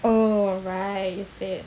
oh right you said